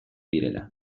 direla